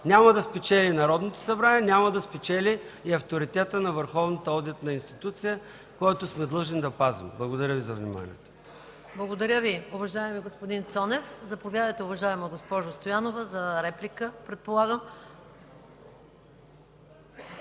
няма да спечели Народното събрание, няма да спечели и авторитетът на върховната одитна институция, който сме длъжни да пазим. Благодаря Ви за вниманието. ПРЕДСЕДАТЕЛ МАЯ МАНОЛОВА: Благодаря Ви, уважаеми господин Цонев. Заповядайте, уважаема госпожо Стоянова, за реплика, предполагам.